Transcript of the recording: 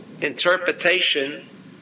interpretation